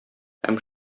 һәм